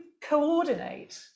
coordinate